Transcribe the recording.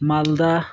ᱢᱟᱞᱫᱟ